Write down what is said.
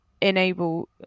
enable